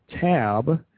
tab